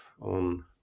on